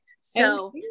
So-